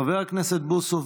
חבר הכנסת בוסו,